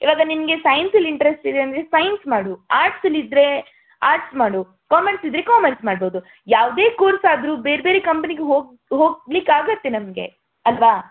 ಇವಾಗ ನಿನಗೆ ಸೈನ್ಸಲ್ಲಿ ಇಂಟ್ರೆಸ್ಟ್ ಇದೆ ಅಂದರೆ ಸೈನ್ಸ್ ಮಾಡು ಆರ್ಟ್ಸಲ್ಲಿದ್ದರೆ ಆರ್ಟ್ಸ್ ಮಾಡು ಕಾಮರ್ಸಿದ್ದರೆ ಕಾಮರ್ಸ್ ಮಾಡ್ಬೋದು ಯಾವುದೇ ಕೋರ್ಸಾದರೂ ಬೇರೆ ಬೇರೆ ಕಂಪನಿಗೆ ಹೋಗಿ ಹೋಗ್ಲಿಕ್ಕೆ ಆಗುತ್ತೆ ನಮಗೆ ಅಲ್ಲವಾ